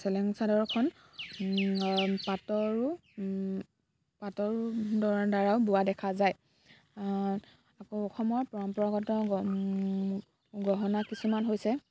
চেলেং চাদৰখন পাটৰো পাটৰো দৰ দ্বাৰাও বোৱা দেখা যায় আকৌ অসমৰ পৰম্পৰাগত গ গহনা কিছুমান হৈছে